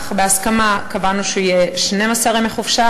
אך בהסכמה קבענו 12 ימי חופשה.